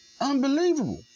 Unbelievable